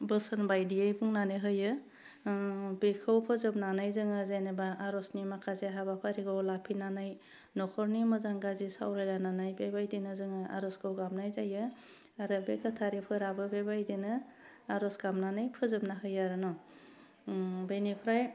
बोसोन बायदियै बुंनानो होयो बेखौ फोजोबनानै जोङो जेनेबा आरजनि माखासे हाबाफारिखौ लाफिन्नानै नख'रनि मोजां गाज्रि सावरायलायनानै बेबायदिनो जोङो आरजखौ गाबनाय जायो आरो बे गोथारैफोराबो बेबायदिनो आरज गाबनानै फोजोबना होयो आरो न' उह बेनिफ्राय